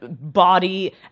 body